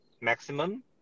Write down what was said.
maximum